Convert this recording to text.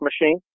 machine